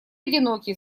одинокий